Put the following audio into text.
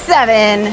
Seven